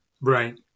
Right